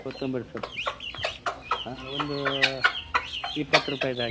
ಕೊತ್ತಂಬರಿ ಸೊಪ್ಪು ಹಾಂ ಒಂದು ಇಪ್ಪತ್ತು ರೂಪಾಯ್ದು ಹಾಕಿ